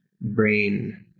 brain